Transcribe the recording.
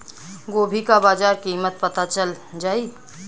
गोभी का बाजार कीमत पता चल जाई?